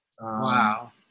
Wow